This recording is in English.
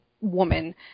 woman